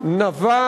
דתי,